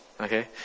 Okay